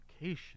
location